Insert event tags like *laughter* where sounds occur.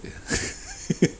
*laughs*